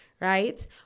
Right